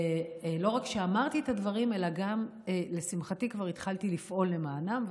לא רק שאמרתי את הדברים אלא גם לשמחתי כבר התחלתי לפעול למענם,